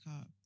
up